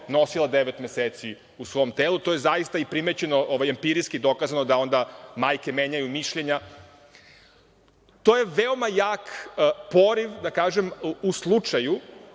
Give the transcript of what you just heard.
nosila devet meseci u svom telu. To je zaista i primećeno, empirijski dokazano, da onda majke menjaju mišljenja. To je veoma jak poriv, da kažem, u slučaju